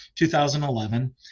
2011